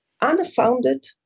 unfounded